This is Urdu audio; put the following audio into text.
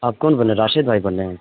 آپ کون بول رہے ہیں راشد بھائی بول رہے ہیں